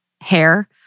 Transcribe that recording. hair